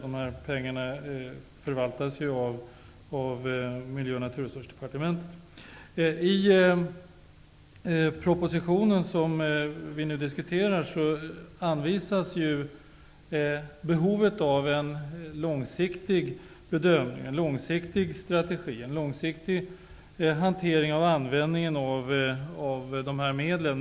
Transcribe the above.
De här pengarna förvaltas av Miljö och naturresursdepartementet. I den proposition som vi nu diskuterar anvisas behovet av en långsiktig strategi och hantering av dessa medel.